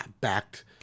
backed